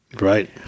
Right